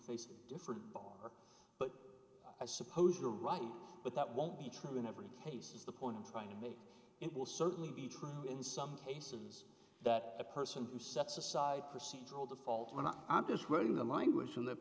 just but i suppose you're right but that won't be true in every case is the point i'm trying to make it will certainly be true in some cases that a person who sets aside procedural the fault when i am just reading the language from the